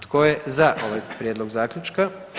Tko je za ovaj prijedlog Zaključka?